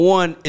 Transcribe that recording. one